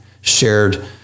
shared